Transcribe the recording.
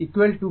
VL v